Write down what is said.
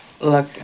Look